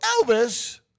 Elvis